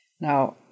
Now